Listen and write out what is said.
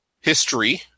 history